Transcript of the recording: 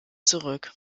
zurück